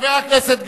חבר הכנסת גפני.